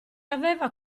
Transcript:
aveva